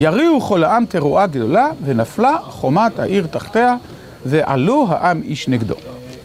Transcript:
יריעו כל העם תרועה גדולה, ונפלה חומת העיר תחתיה ועלו העם איש נגדו.